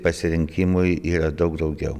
pasirinkimui yra daug daugiau